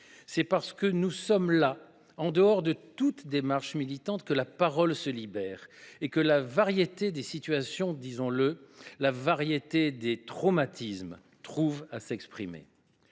C’est parce que nous sommes là en dehors de toute démarche militante que la parole se libère et que la variété des situations – disons le, la variété des traumatismes – trouve à s’exprimer.